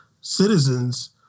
citizens